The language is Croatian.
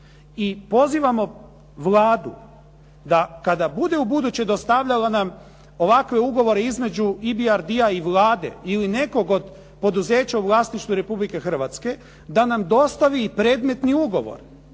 I pozivamo Vladu da kada bude ubuduće dostavljala nam ovakve ugovore između EBRD-a i Vlade ili nekog od poduzeća u vlasništvu Republike Hrvatske, da nam dostavi i predmetni ugovor.